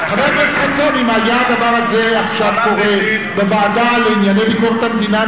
אם היה הדבר הזה עכשיו קורה בוועדה לענייני ביקורת המדינה,